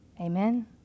Amen